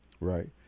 Right